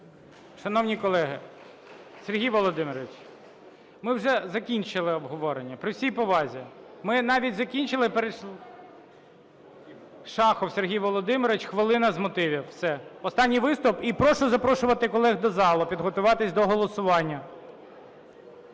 Шановні колеги! Сергій Володимирович, ми вже закінчили обговорення, при всій повазі. Ми навіть закінчили… Шахов Сергій Володимирович, хвилина з мотивів. Все, останній виступ. І прошу запрошувати колег до залу, підготуватися до голосування.